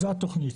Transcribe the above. זאת התכנית.